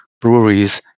breweries